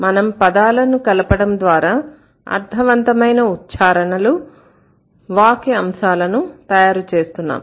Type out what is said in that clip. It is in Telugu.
మనం పదాలను కలపడం ద్వారా అర్థవంతమైన ఉచ్చారణలు వాక్య అంశాలను తయారుచేస్తున్నాం